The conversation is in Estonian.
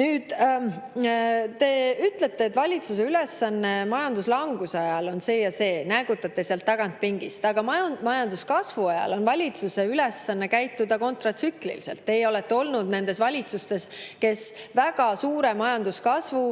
Te ütlete, et valitsuse ülesanne majanduslanguse ajal on see ja see, näägutate sealt tagapingist. Aga majanduskasvu ajal on valitsuse ülesanne käituda kontratsükliliselt. Teie olete olnud nendes valitsustes, kes väga suure majanduskasvu